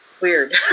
weird